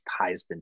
Heisman